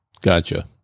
gotcha